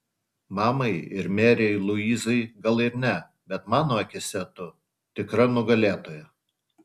mamai ir merei luizai gal ir ne bet mano akyse tu tikra nugalėtoja